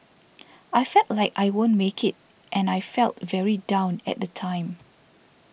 I felt like I won't make it and I felt very down at the time